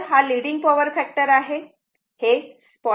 हा leading power factor आहे हे 0